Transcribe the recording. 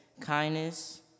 kindness